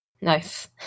Nice